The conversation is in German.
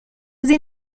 sie